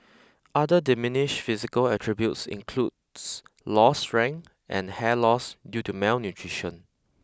other diminished physical attributes includes lost strength and hair loss due to malnutrition